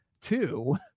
two